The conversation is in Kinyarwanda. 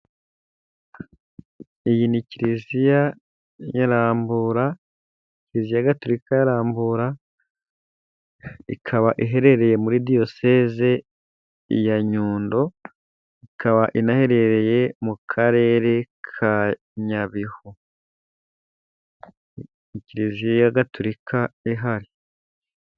Iyi ni kiriziya gatorika ya rambura. Ikaba iherereye muri diyoseze ya nyundo, ikaba inaherereye mu karere nyabihu. Ni kiriziya gaturika ihari.